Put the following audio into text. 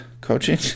Coaching